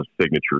signature